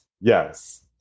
yes